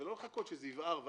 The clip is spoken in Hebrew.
ולא לחכות שזה יבער,